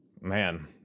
Man